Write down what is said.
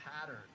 pattern